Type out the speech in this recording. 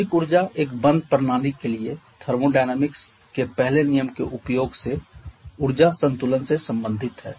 आंतरिक ऊर्जा एक बंद प्रणाली के लिए थर्मोडायनामिक्स के पहले नियम केउपयोग से ऊर्जा संतुलन से संबंधित है